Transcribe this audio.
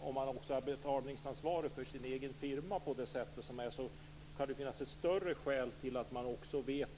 om man också är betalningsansvarig för sin egen firma. Det kan finnas ett större skäl till att man också vet